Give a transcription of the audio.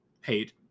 hate